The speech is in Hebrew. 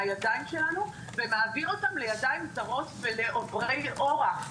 מהידיים שלנו ומעביר אותם לידיים זרות ולעוברי אורח,